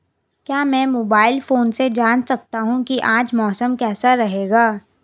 क्या मैं mobile phone से जान सकता हूँ कि आज मौसम कैसा रहेगा?